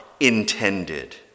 Intended